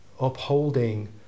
upholding